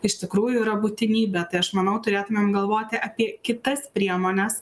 iš tikrųjų yra būtinybė tai aš manau turėtumėm galvoti apie kitas priemones